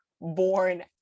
born